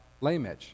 Lamech